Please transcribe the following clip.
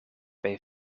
bij